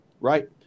right